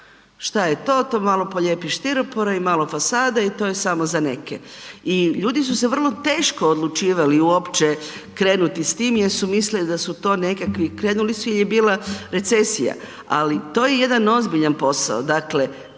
šta je to, to malo polijepiš stiropora i malo fasade i to je samo za neke. I ljudi su se vrlo teško odlučivali uopće krenuti s tim jer su mislili da su to nekakvi, krenuli su jer je bila recesija, ali to je jedan ozbiljan posao.